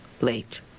late